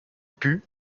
put